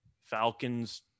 Falcons